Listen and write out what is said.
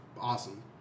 awesome